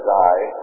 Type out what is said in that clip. die